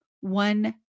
One